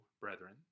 brethren